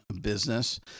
business